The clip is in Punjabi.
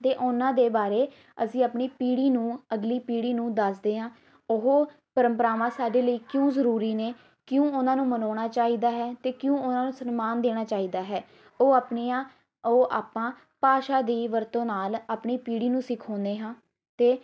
ਅਤੇ ਉਹਨਾਂ ਦੇ ਬਾਰੇ ਅਸੀਂ ਆਪਣੀ ਪੀੜ੍ਹੀ ਨੂੰ ਅਗਲੀ ਪੀੜ੍ਹੀ ਨੂੰ ਦੱਸਦੇ ਹਾਂ ਉਹ ਪਰੰਪਰਾਵਾਂ ਸਾਡੇ ਲਈ ਕਿਉਂ ਜ਼ਰੂਰੀ ਨੇ ਕਿਉਂ ਉਹਨਾਂ ਨੂੰ ਮਨਾਉਣਾ ਚਾਹੀਦਾ ਹੈ ਅਤੇ ਕਿਉਂ ਉਹਨਾਂ ਨੂੰ ਸਨਮਾਨ ਦੇਣਾ ਚਾਹੀਦਾ ਹੈ ਉਹ ਆਪਣੀਆਂ ਉਹ ਆਪਾਂ ਭਾਸ਼ਾ ਦੀ ਵਰਤੋਂ ਨਾਲ਼ ਆਪਣੀ ਪੀੜ੍ਹੀ ਨੂੰ ਸਿਖਾਉਂਦੇ ਹਾਂ ਅਤੇ